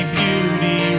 beauty